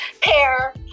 pair